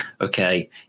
Okay